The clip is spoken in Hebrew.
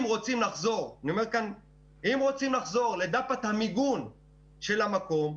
אם רוצים לחזור לדפ"את המיגון של המקום,